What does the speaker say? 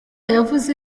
yavuze